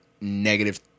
negative